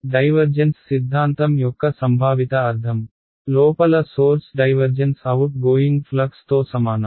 divergence సిద్ధాంతం యొక్క సంభావిత అర్ధం లోపల సోర్స్ డైవర్జెన్స్ అవుట్గోయింగ్ ఫ్లక్స్తో సమానం